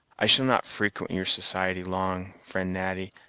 i shall not frequent your society long, friend natty,